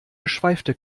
geschweifte